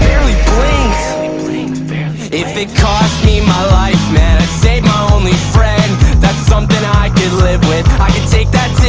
barely blinked if it cost me my life man id save my only friend that's something i could live with i could take that